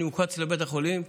אני מוקפץ לבית החולים,